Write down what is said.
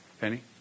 Penny